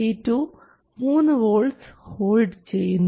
C2 3 V hold ചെയ്യുന്നു